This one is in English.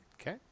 Okay